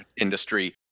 industry